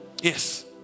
yes